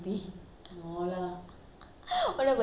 இன்னும் கொஞ்ச நேரம் உக்காந்து பேசுங்க:innum konjam naeram otkanthu paesunga